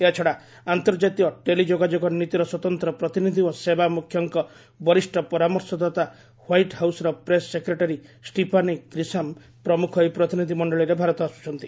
ଏହାଛଡା ଆର୍ନ୍ତଜାତୀୟ ଟେଲିଯୋଗାଯୋଗ ନୀତିର ସ୍ୱତନ୍ତ୍ର ପ୍ରତିନିଧି ଓ ସେବା ମ୍ରଖ୍ୟଙ୍କ ବରିଷ୍ଠ ପରାମର୍ଶଦାତା ଓହ୍ୱାଇଟ୍ ହାଉସର ପ୍ରେସ ସେକ୍ରେଟାରୀ ଷ୍ଟିଫାନୀ ଗ୍ରୀସାମ୍ ପ୍ରମୁଖ ଏହି ପ୍ରତିନିଧି ମଣ୍ଡଳୀରେ ଭାରତ ଆସୁଚ୍ଚନ୍ତି